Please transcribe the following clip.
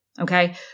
Okay